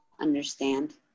understand